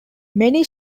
many